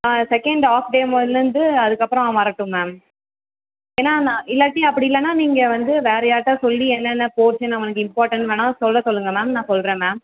ஆ second half day முதலேருந்து அதுக்கப்புறம் அவன் வரட்டும் மேம் ஏன்னால் நான் இல்லாட்டி அப்படி இல்லைன்னா நீங்கள் வந்து வேறு யார்கிட்டையாது சொல்லி என்னென்னால் போர்ஷன் அவனுக்கு இம்பார்ட்டன் வேணால் சொல்ல சொல்லுங்க மேம் நான் சொல்கிறேன் மேம்